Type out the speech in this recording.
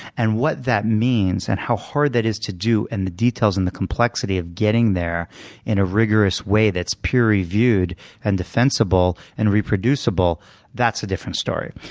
and what that means, and how hard that is to do, and the details and the complexity of getting there in a rigorous way that's peer-reviewed and defensible and reproducible that's a different story.